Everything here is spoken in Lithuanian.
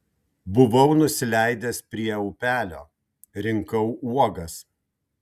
buvau nusileidęs prie upelio rinkau uogas